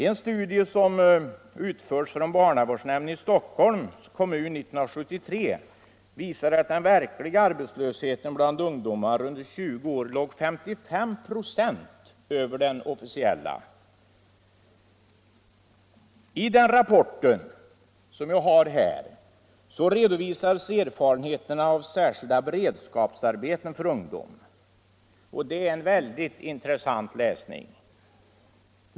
En studie som utförts vid barnavårdsnämnden i Stockholms kommun 1973 visade att den verkliga arbetslösheten bland ungdomar under 20 år låg 55 96 över den officiella. I den rapporten, som jag har här, redovisades erfarenheterna av särskilda beredskapsarbeten för ungdom. Det är en mycket intressant läsning.